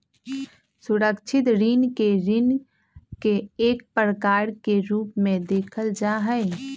सुरक्षित ऋण के ऋण के एक प्रकार के रूप में देखल जा हई